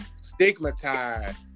stigmatized